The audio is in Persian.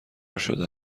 شده